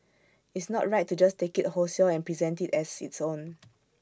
it's not right to just take IT wholesale and present IT as its own